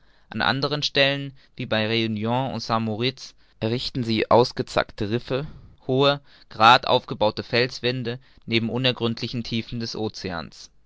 an anderen stellen wie bei runion und st moritz errichten sie ausgezackte risse hohe gerad aufgebaute felswände neben unergründlichen tiefen des oceans